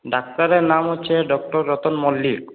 ডাক্তারের নাম হচ্ছে ডক্টর রতন মল্লিক